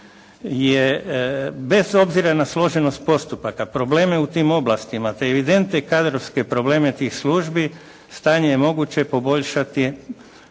je bez obzira na složenost postupaka, probleme u tim oblastima, te evidentne kadrovske probleme tih službi, stanje je moguće poboljšati